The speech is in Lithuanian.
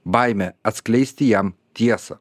baimė atskleisti jam tiesą